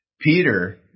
Peter